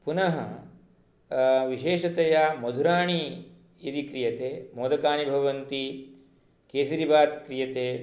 पुनः विशेषतया मधुराणि इति क्रियते मोदकानि भवन्ति केसरीबात् क्रियते